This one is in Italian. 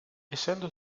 essendo